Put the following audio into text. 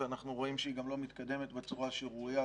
ואנחנו רואים שהיא גם לא מתקדמת בצורה שראויה,